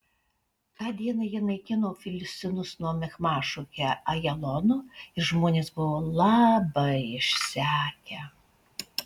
tą dieną jie naikino filistinus nuo michmašo iki ajalono ir žmonės buvo labai išsekę